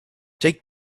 take